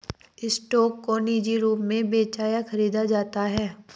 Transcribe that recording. stock को निजी रूप से बेचा या खरीदा जाता है